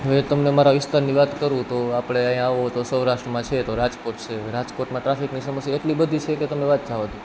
હું તમને મારા વિસ્તારની વાત કરું તો આપણે અહીં આવો તો સૌરાષ્ટ્રમાં છે તો રાજકોટ છે રાજકોટમાં ટ્રાફિકની સમસ્યા એટલી બધી છે કે તમે વાત જવા દો